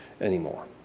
anymore